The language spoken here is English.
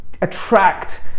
attract